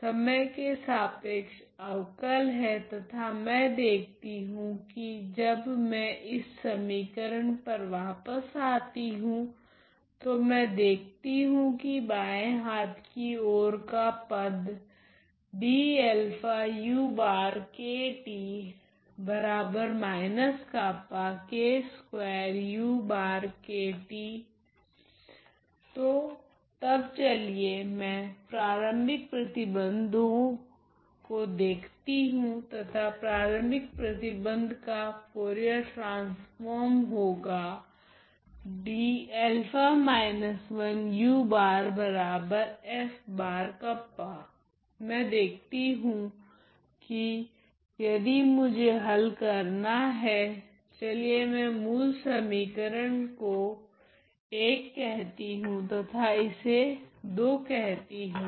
समय के सापेक्ष अवकल है तथा मैं देखती हूँ की जब में इस समीकरण पर वापस आती हूँ तो मैं देखती हूँ की बाँये हाथ की ओर का पद तो तब चलिए में प्रारम्भिक प्रतिबंधों को देखती हूँ तथा प्रारम्भिक प्रतिबंध का फुरियर ट्रांसफोर्म होगा मैं देखती हूँ कि यदि मुझे हल करना है चलिए मैं मूल समीकरण को I कहती हूँ तथा इसे II कहती हूँ